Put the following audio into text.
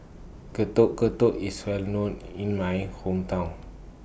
Getuk Getuk IS Well known in My Hometown